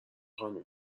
خانم